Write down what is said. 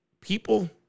people